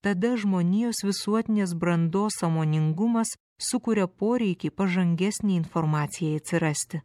tada žmonijos visuotinės brandos sąmoningumas sukuria poreikį pažangesnei informacijai atsirasti